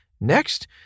Next